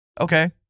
Okay